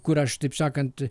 kur aš taip sakant